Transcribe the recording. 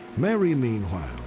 mary, meanwhile,